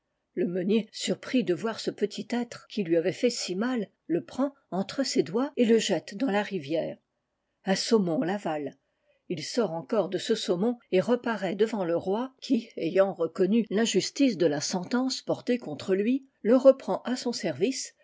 le meunier surpris de voir ce petit être qui lui avait fait si mal le prend entre ses doigts etlejelte dans la rivière un saumon l'avale il sort encore de ce saumon et reparaît devant le roi qui ayant reconnu l'injustice de la sentence portée contre lui le reprend à son service